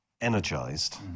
energized